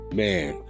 man